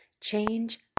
Change